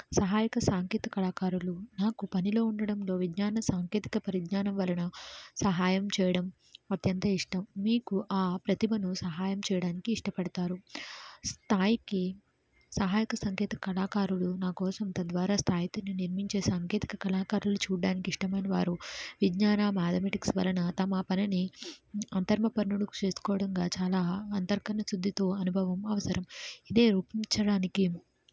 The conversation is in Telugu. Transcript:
సహాయక సాంకేతికత కళాకారులు నాకు పనిలో ఉండడంలో విజ్ఞాన సాంకేతికత పరిజ్ఞానం వలన సహాయం చేయడం అత్యంత ఇష్టం మీకు ఆ ప్రతిభను సహాయం చేయడానికి ఇష్టపడతారు స్థాయికి సహాయక సాంకేతిక కళాకారులు నాకోసం తద్వారా స్థాయిని నిర్మించే సాంకేతికత కళాకారులు చూడడానికి ఇష్టమైనవారు విజ్ఞాన మాథమేటిక్స్ వలన తమ పనిని అంతర్ముఖపరుణుడు చేసుకోవడం చాలా అంతః కరణ శుద్ధితో అనుభవం అవసరం ఇదే నిరుపించడానికి